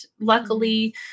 Luckily